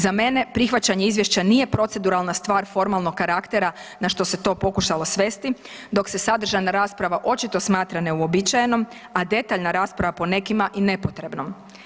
Za mene prihvaćanje izvješća nije proceduralna stvar formalnog karaktera na što se to pokušalo svesti dok se sadržajna rasprava očito smatra neuobičajenom, a detaljna rasprava po nekim i nepotrebnom.